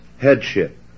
headship